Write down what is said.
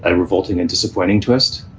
ah revolting and disappointing. twists